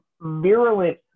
virulent